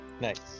Nice